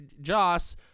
Joss